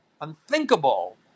unthinkable